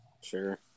sure